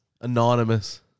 Anonymous